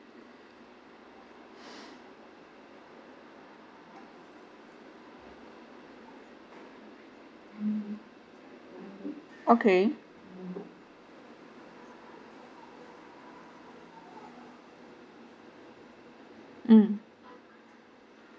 mm okay mm